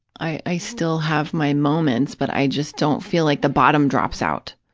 i i still have my moments, but i just don't feel like the bottom drops out.